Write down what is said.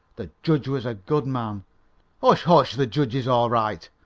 the judge was a good man hush! hush! the judge is all right,